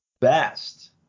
best